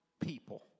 People